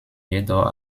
jedoch